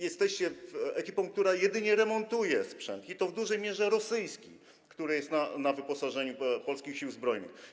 Jesteście ekipą, która jedynie remontuje sprzęt, i to w dużej mierze rosyjski, który jest na wyposażeniu polskich Sił Zbrojnych.